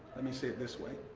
let me say it this way.